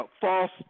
false